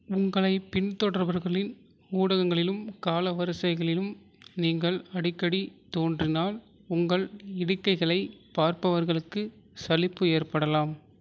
உங்களைப் பின்தொடர்பவர்களின் ஊடகங்களிலும் கால வரிசைகளிலும் நீங்கள் அடிக்கடி தோன்றினால் உங்கள் இடுகைகளைப் பார்ப்பவர்களுக்கு சலிப்பு ஏற்படலாம்